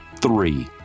Three